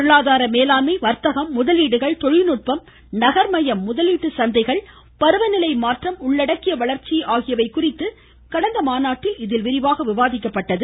பொருளாதார மேலாண்மை வர்த்தகம் முதலீடுகள் தொழில்நுட்பம் நகர்மயம் முதலீட்டு சந்தைகள் பருவநிலைமாற்றம் உள்ளடக்கிய வளர்ச்சி ஆகியவை குறித்து கடந்த மாநாட்டில் இதில் விரிவாக விவாதிக்கப்பட்டது